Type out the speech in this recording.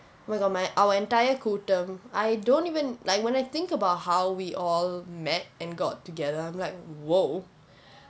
oh my god my our entire கூட்டம்:kuttam I don't even like when I think about how we all met and got together I'm like !whoa!